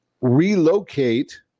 relocate